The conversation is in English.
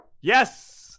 Yes